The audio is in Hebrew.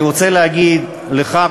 אני רוצה להגיד לך,